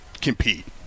compete